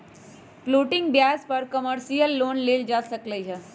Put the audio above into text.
floating ब्याज पर commercial loan लेल जा सकलई ह